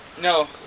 No